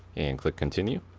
and click continue.